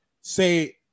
say